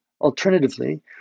alternatively